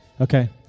Okay